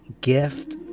gift